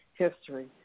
History